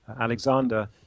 Alexander